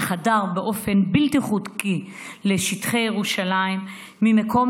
שחדר באופן בלתי חוקי לשטחי ירושלים ממקום